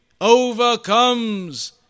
overcomes